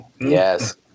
Yes